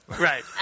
Right